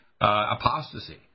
apostasy